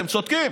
אתם צודקים,